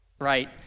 Right